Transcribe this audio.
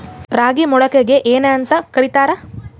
ರಾಗಿ ಮೊಳಕೆಗೆ ಏನ್ಯಾಂತ ಕರಿತಾರ?